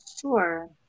Sure